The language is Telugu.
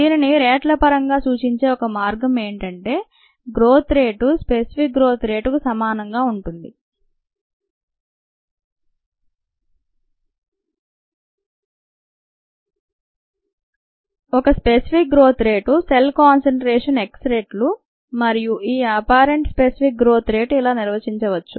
దీనిని రేట్ల పరంగా సూచించే ఒక మార్గం ఏదంటే గ్రోత్ రేటు స్పెసిఫిక్ గ్రోత్ రేటుకు సమానంగా ఉంటుంది ఒక specific growth rate cell concentration x రెట్లు మరియు ఈ అపరెంట్ స్పెసిఫిక్ గ్రోత్ రేటు ఇలా నిర్వచించవచ్చు